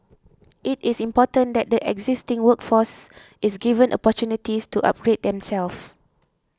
it is important that the existing workforce is given opportunities to upgrade themselves